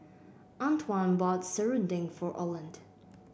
Antwan bought Serunding for Orland